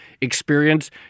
experience